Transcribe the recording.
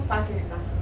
Pakistan